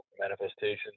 manifestations